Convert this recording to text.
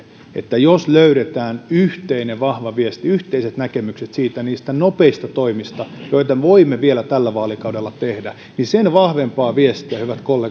että jos löydetään yhteinen vahva viesti yhteiset näkemykset niistä nopeista toimista joita voimme vielä tällä vaalikaudella tehdä niin sen vahvempaa viestiä hyvät kollegat